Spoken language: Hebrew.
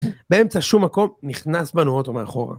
באמצע שום מקום נכנס בנו אוטו מאחורה.